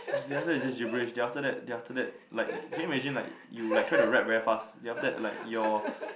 the other is just gibberish then after that then after that like can you imagine like you like try to rap very fast then after that like your